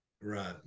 Right